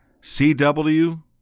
CW